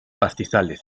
pastizales